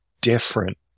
different